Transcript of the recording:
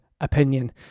opinion